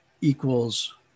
equals